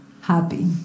happy